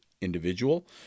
individual